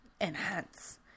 Enhance